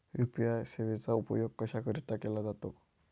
UPI सेवेचा उपयोग कशाकरीता केला जातो?